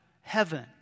heaven